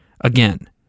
Again